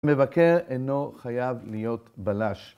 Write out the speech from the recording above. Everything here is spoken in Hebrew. מבקר אינו חייב להיות בלש.